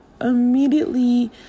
Immediately